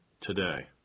today